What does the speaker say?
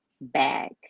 back